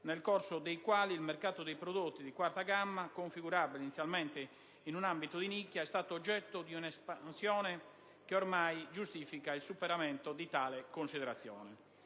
nel corso dei quali il mercato dei prodotti di quarta gamma, configurabile inizialmente in un ambito di nicchia, è stato oggetto di una espansione che ormai giustifica il superamento di tale considerazione.